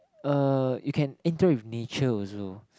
uh you can enter with nature also